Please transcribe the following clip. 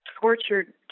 tortured